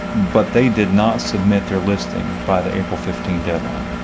but they did not submit their listing by the april fifteen deadline.